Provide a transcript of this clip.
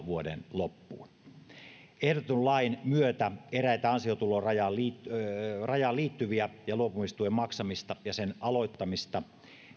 vuoden loppu ehdotetun lain myötä eräitä ansiotulorajaan liittyviä liittyviä ja luopumistuen maksamista ja sen aloittamista